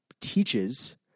teaches